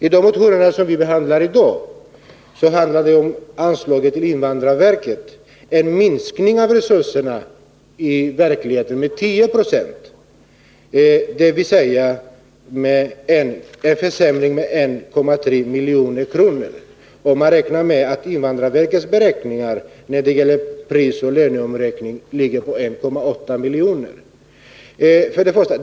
I de motioner som vi behandlar i dag om anslag till invandrarverket gäller det i verkligheten en minskning av resurserna med 10 96, dvs. en försämring med 1,3 miljoner — och invandrarverkets uppgifter om prisoch löneomräkningen ligger på 1,8 miljoner.